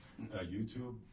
YouTube